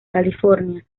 california